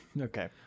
Okay